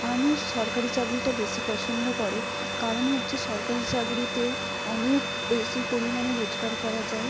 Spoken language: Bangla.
মানুষ সরকারি চাকরিটা বেশি পছন্দ করে কারণ হচ্ছে সরকারি চাকরিতে অনেক বেশি পরিমাণে রোজগার করা যায়